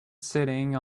sitting